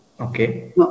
Okay